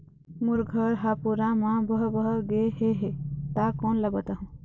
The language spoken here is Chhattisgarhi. मोर घर हा पूरा मा बह बह गे हे हे ता कोन ला बताहुं?